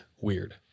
weird